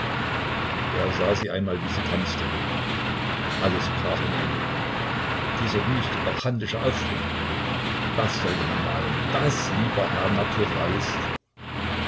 er sah sie einmal wie sie tanzte alles brach in ihm dieser wüste bacchantische aufschwung das sollte man malen das lieber herr naturalist